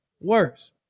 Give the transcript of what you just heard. worse